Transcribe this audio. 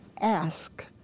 ask